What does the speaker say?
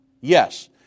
Yes